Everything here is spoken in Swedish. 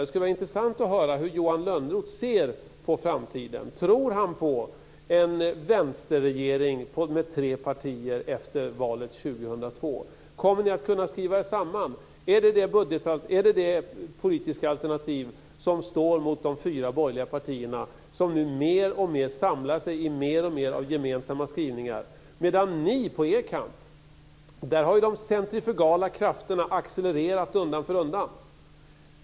Det skulle vara intressant att höra hur Johan Lönnroth ser på framtiden. Tror han på en vänsterregering med tre partier efter valet 2002? Kommer ni att kunna skriva er samman? Är detta det politiska alternativ som står mot de fyra borgerliga partierna, som nu mer och mer samlar sig i mer och mer av gemensamma skrivningar? Hos er har däremot de centrifugala krafterna accelererat undan för undan.